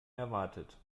erwartet